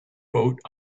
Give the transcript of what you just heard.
boat